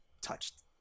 touched